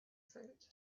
fruit